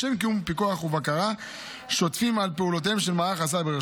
לשם קיום פיקוח ובקרה שוטפים על פעולותיהם של מערך הסייבר,